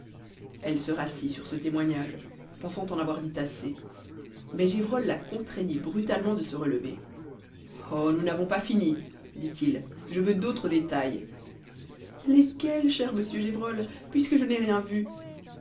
elle se rassit sur ce témoignage pensant en avoir dit assez mais gévrol la contraignit brutalement de se relever oh nous n'avons pas fini dit-il je veux d'autres détails lesquels cher monsieur gévrol puisque je n'ai rien vu